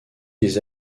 des